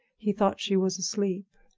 he thought she was asleep.